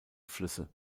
flüsse